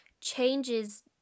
changes